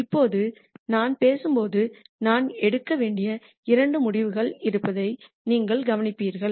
இப்போது நான் பேசும்போது நான் எடுக்க வேண்டிய இரண்டு முடிவுகள் இருப்பதை நீங்கள் கவனித்திருப்பீர்கள்